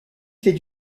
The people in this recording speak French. fait